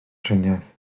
triniaeth